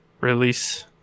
release